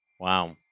wow